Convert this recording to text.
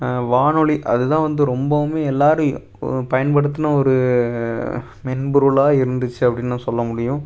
வானொலி அது தான் வந்து ரொம்பவுமே எல்லோரும் பயன்படுத்தின ஒரு மென்பொருளாக இருந்துச்சு அப்டின்னு நான் சொல்ல முடியும்